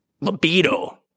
Libido